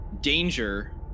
danger